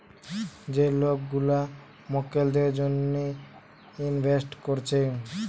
যে লোক গুলা মক্কেলদের জন্যে ইনভেস্ট কোরছে